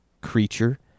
creature